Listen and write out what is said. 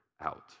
out